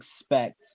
expect